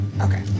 Okay